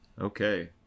Okay